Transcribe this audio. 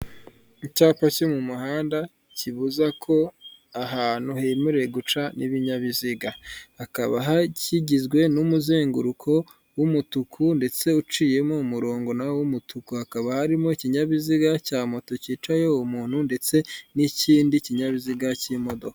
Icyapa cyo mu muhanda kibuza ko ahantu hemerewe guca n'ibinyabiziga hakaba kigizwe n'umuzenguruko w'umutuku ndetse uciyemo umurongo nawo w'umutuku hakaba harimo ikinyabiziga cya moto cyicaye umuntu ndetse n'ikindi kinyabiziga cy'imodoka.